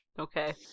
okay